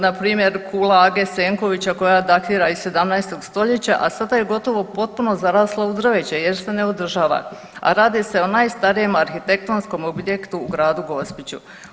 Na primjer kula age Senkovića koja datira iz 17. stoljeća, a sada je gotovo potpuno zarasla u drveće jer se ne održava, a radi se o najstarijem arhitektonskom objektu u Gradu Gospiću.